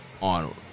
On